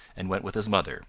and went with his mother,